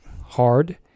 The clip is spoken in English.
hard